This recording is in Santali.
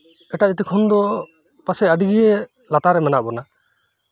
ᱮᱴᱟᱜ ᱡᱟᱹᱛᱤ ᱠᱷᱚᱱ ᱫᱚ ᱯᱟᱪᱮᱫ ᱟᱹᱰᱚᱜᱮ ᱞᱟᱛᱟᱨ ᱨᱮ ᱢᱮᱱᱟᱜ ᱵᱚᱱᱟ